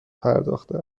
پرداخته